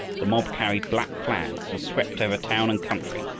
the mob carried black flags and swept over town and country,